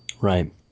Right